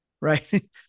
right